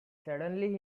suddenly